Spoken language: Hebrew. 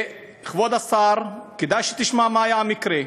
וכבוד השר, כדאי שתשמע מה היה המקרה.